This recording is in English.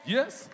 Yes